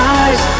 eyes